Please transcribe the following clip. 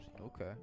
Okay